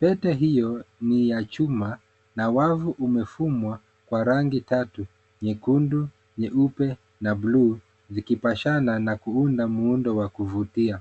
Pete hio ni ya chuma na wavu umefumwa kwa rangi tatu: nyekundu, nyeupe na bluu, vikipashana na kuunda muundo wa kuvutia.